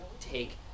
take